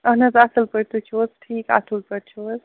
اَہن حظ اَصٕل پٲٹھۍ تُہۍ چھُو حظ ٹھیٖک اَصٕل پٲٹھۍ چھُو حظ